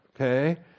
okay